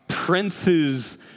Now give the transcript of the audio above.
Prince's